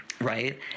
Right